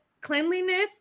cleanliness